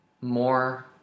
more